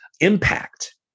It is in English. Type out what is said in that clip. impact